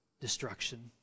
destruction